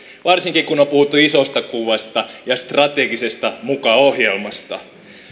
varsinkin kun on on puhuttu isosta kuvasta ja muka strategisesta ohjelmasta